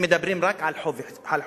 הם מדברים רק על חוב אחד.